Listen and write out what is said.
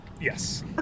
Yes